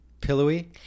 pillowy